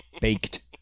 baked